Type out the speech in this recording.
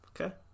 okay